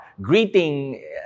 greeting